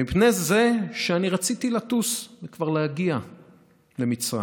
ומפני זה שאני רציתי לטוס וכבר להגיע למצרים".